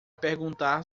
perguntar